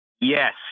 Yes